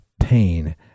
pain